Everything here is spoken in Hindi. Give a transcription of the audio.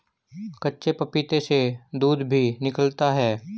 कच्चे पपीते से दूध भी निकलता है